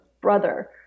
brother